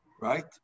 right